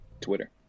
Twitter